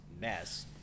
mess